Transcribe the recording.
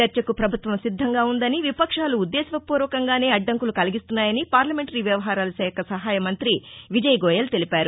చర్చకు ప్రభుత్వం సిద్దంగా ఉందని విపక్షాలు ఉద్దేశపూర్వకంగానే అడ్డంకులు కలిగిస్తున్నాయని పార్లమెంటరీ వ్యవహారాల శాఖ సహాయ మంత్రి విజయ్గోయల్ తెలిపారు